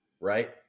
Right